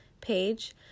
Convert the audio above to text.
Page